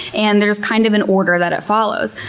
and there is kind of an order that it follows,